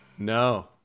No